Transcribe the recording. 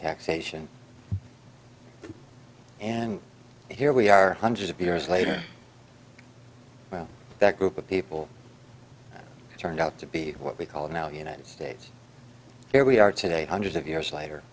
taxation and here we are hundreds of years later well that group of people turned out to be what we call now the united states where we are today hundreds of years later